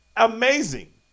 amazing